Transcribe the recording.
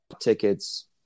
tickets